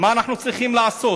מה אנחנו צריכים לעשות?